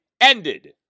Ended